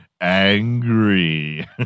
angry